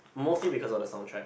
mostly because of the soundtrack